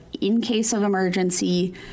in-case-of-emergency